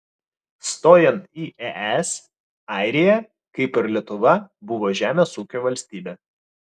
stojant į es airija kaip ir lietuva buvo žemės ūkio valstybė